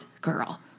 girl